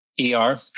E-R